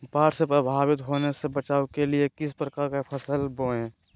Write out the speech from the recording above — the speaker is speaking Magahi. बाढ़ से प्रभावित होने से बचाव के लिए किस प्रकार की फसल बोए?